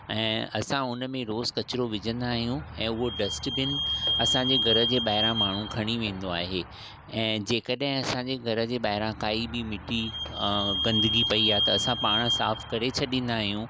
ऐं असां हुन में रोज़ु कचिरो विझंदा आहियूं ऐं हूओ डस्टबिन असांजे घर जे ॿाहिरां माण्हू खणी वेंदो आहे ऐं जे कॾहिं असांजे घर जे ॿाहिरां काई बि मिटी गंदगी पई आहे त असां पाण साफ़ु करे छॾींदा आहियूं